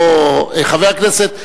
חברי הכנסת,